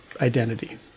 identity